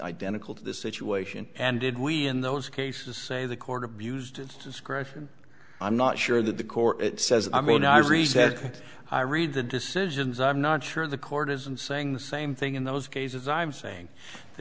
identical to the situation and did we in those cases say the court abused its discretion i'm not sure that the court it says i mean i resent i read the decisions i'm not sure the court isn't saying the same thing in those cases i'm saying the